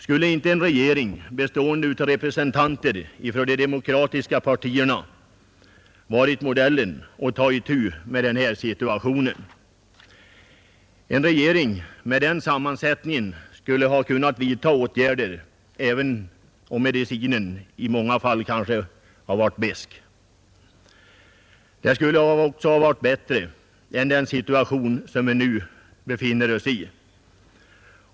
Skulle inte en regering bestående av representanter för de demokratiska partierna ha varit den rätta instansen för att ta itu med denna situation? En regering med den sammansättningen skulle ha kunnat vidta åtgärder, även om medicinen kanske i många fall hade varit besk. Det skulle också ha varit bättre än den situation som vi nu befinner oss i.